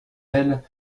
elle